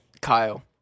Kyle